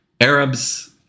Arabs